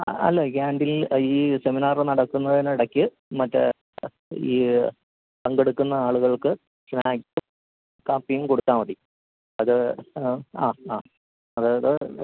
അല്ല ക്യാൻ്റീനിൽ ഈ സെമിനാര് നടക്കുന്നതിനിടയ്ക്ക് മറ്റേ ഈ പങ്കെടുക്കുന്ന ആളുകൾക്ക് സ്നാക്സും കാപ്പിയും കൊടുത്താല് മതി അത് ആ ആ അതായത്